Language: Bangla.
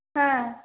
হ্যাঁ